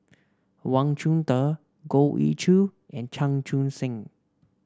Wang Chunde Goh Ee Choo and Chan Chun Sing